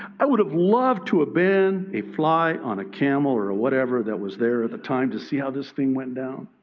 i would have loved to have ah been a fly on a camel or whatever that was there at the time to see how this thing went down.